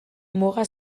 muga